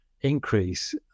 increase